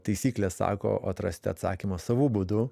taisyklės sako o atrasti atsakymą savu būdu